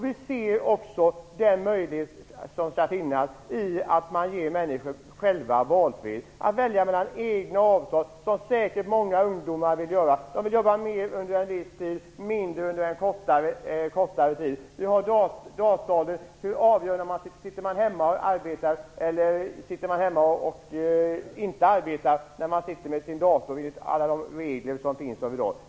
Vi ser också den möjlighet som finns i att man ger människorna själva valfrihet att välja egna avtal, såsom säkert många ungdomar vill göra - de vill jobba mer under en viss tid, mindre under en kortare tid. Vi är i dataåldern. Hur avgör man om man sitter hemma och arbetar eller sitter hemma och inte arbetar när man sitter med sin dator enligt alla de regler som finns i dag?